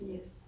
Yes